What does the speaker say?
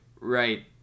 right